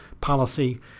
policy